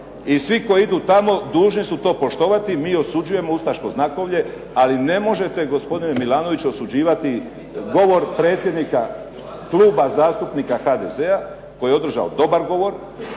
I svi koji idu tamo dužni su to poštovati. Mi osuđujemo ustaško znakovlje, ali ne možete gospodine Milanoviću osuđivati govor predsjednika Kluba zastupnika HDZ-a koji je održao dobar govor